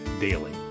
Daily